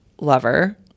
lover